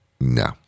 No